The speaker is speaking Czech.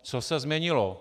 Co se změnilo?